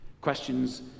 Questions